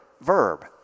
verb